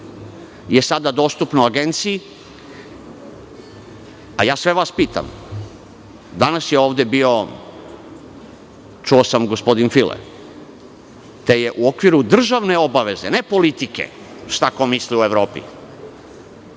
je sada dostupno Agenciji. Sve vas pitam, danas je ovde bio, čuo sam, gospodin File, te ste se u okviru državne obaveze, ne politike - šta ko misli u Evropi,